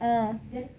uh